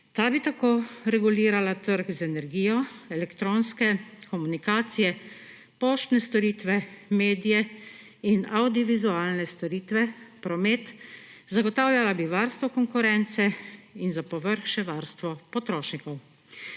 Ta bi tako regulirala trg z energijo, elektronske komunikacije, poštne storitve, medije in avdiovizualne storitve, promet, zagotavljala bi varstvo konkurence in za povrh še varstvo potrošnikov.